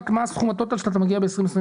מה סכום הטוטל שאתה מגיע אליו ב-2021.